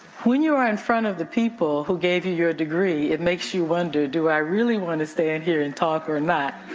when you are in front of the people who gave you your degree, it makes you wonder, do i really wanna stand here and talk or not.